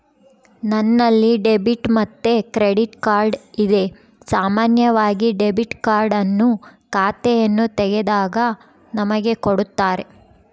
ನನ್ನಲ್ಲಿ ಡೆಬಿಟ್ ಮತ್ತೆ credit card ಇದೆ, ಸಾಮಾನ್ಯವಾಗಿ ಡೆಬಿಟ್ ಕಾರ್ಡ್ ಅನ್ನು ಖಾತೆಯನ್ನು ತೆಗೆದಾಗ ನಮಗೆ ಕೊಡುತ್ತಾರ